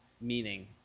meaning